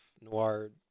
noir